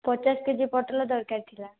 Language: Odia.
ପଚାଶ କେଜି ପୋଟଲ ଦରକାର ଥିଲା